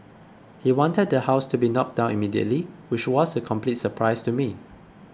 he wanted the house to be knocked down immediately which was a complete surprise to me